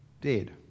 dead